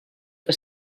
que